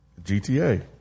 GTA